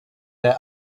their